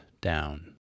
down